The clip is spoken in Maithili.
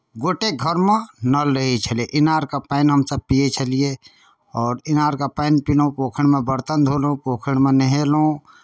गोटेक घरमे नल रहै छलै इनारके पानि हमसभ पियै छलियै आओर इनारके पानि पीलहुँ पोखरिमे बरतन धोलहुँ पोखरिमे नहेलहुँ